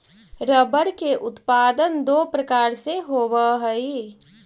rubber के उत्पादन दो प्रकार से होवऽ हई